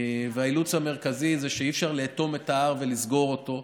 והאילוץ המרכזי זה שאי-אפשר לאטום את ההר ולסגור אותו,